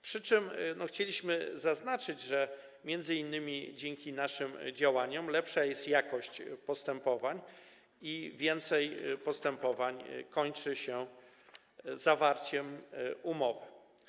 Przy tym chcieliśmy zaznaczyć, że m.in. dzięki naszym działaniom lepsza jest jakość postępowań i więcej postępowań kończy się zawarciem umowy.